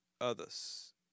others